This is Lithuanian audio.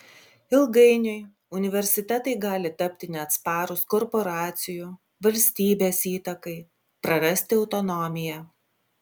ilgainiui universitetai gali tapti neatsparūs korporacijų valstybės įtakai prarasti autonomiją